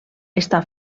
està